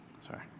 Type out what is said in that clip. Sorry